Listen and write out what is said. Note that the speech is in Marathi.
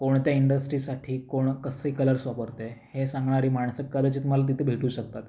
कोणत्या इंडस्ट्रीसाठी कोण कसे कलर्स वापरते हे सांगणारी माणसं कदाचित मला तिथे भेटू शकतात